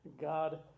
God